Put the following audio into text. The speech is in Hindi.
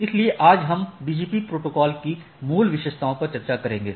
इसलिए आज हम BGP प्रोटोकॉल की मूल विशेषताओं पर चर्चा करेंगे